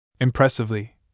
Impressively